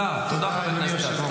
לא נקבל תשובות.